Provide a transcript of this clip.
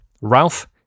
Ralph